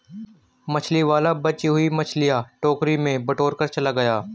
मछली वाला बची हुई मछलियां टोकरी में बटोरकर चला गया